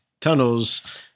tunnels